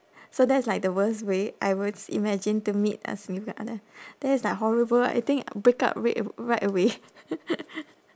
so that's like the worst way I would imagine to meet a significant other that is like horrible I think I would break up rate right away